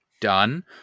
done